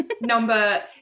number